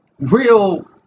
real